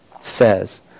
says